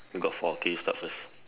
you got four okay you start first